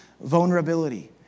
vulnerability